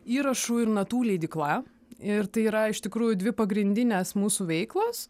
įrašų ir natų leidykla ir tai yra iš tikrųjų dvi pagrindinės mūsų veiklos